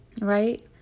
Right